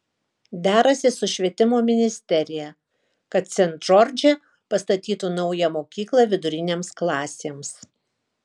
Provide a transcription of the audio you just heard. derasi su švietimo ministerija kad sent džordže pastatytų naują mokyklą vidurinėms klasėms